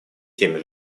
теми